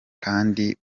kandi